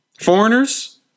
foreigners